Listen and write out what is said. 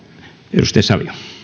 arvoisa